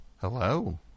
Hello